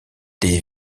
des